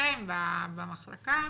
לכם במחלקה